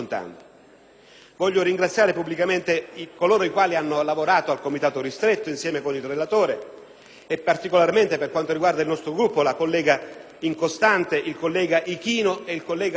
Voglio ringraziare pubblicamente coloro i quali hanno lavorato al Comitato ristretto, insieme con il relatore, e particolarmente - per quanto riguarda il nostro Gruppo - la collega Incostante, il collega Ichino e il collega Treu.